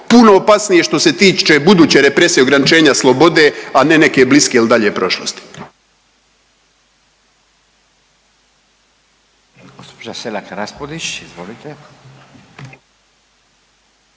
puno opasnije što se tiče buduće represije ograničenja slobode, a ne neke bliske ili dalje prošlosti.